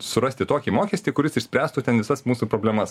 surasti tokį mokestį kuris išspręstų ten visas mūsų problemas